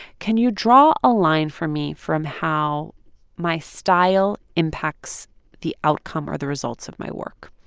can you draw a line for me from how my style impacts the outcome or the results of my work?